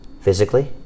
physically